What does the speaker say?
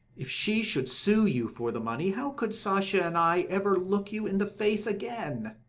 if she should sue you for the money, how could sasha and i ever look you in the face again?